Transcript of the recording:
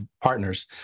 partners